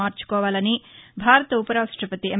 మార్పుకోవాలని భారత ఉపరాష్టపతి ఎం